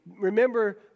Remember